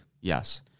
yes